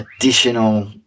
additional